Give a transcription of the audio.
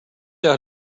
out